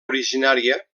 originària